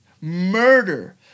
murder